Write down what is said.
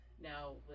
now